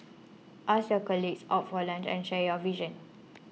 ask your colleagues out for lunch and share your visions